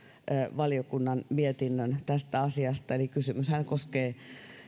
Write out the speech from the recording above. valiokunnan mietinnön tästä asiasta eli kysymyshän koskee